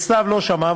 וסתיו לא שמעה,